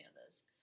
others